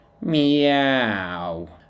Meow